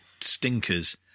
stinkers